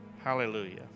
Hallelujah